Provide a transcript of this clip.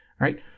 right